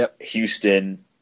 Houston